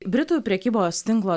britų prekybos tinklo